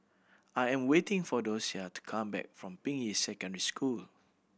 I am waiting for Docia to come back from Ping Yi Secondary School